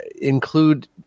include